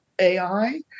AI